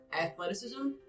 athleticism